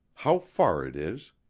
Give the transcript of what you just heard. how far it is!